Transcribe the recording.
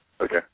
Okay